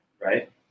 right